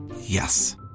Yes